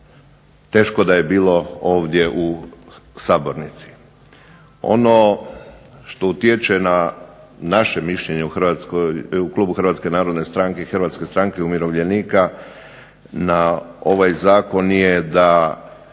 teško da je bilo ovdje u sabornici. Ono što utječe na naše mišljenje u klubu Hrvatske narodne stranke i Hrvatske stranke umirovljenika na ovaj zakon je da